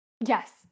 Yes